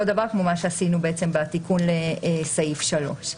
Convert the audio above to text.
אותו דבר לפי מה שעשינו בעצם בתיקון לסעיף (3).